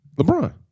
LeBron